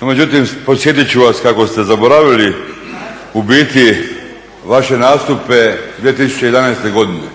međutim podsjetit ću vas kako ste zaboravili u biti vaše nastupe 2011.godine,